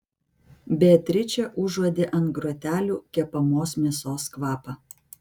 beatričė užuodė ant grotelių kepamos mėsos kvapą